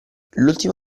l’ultimo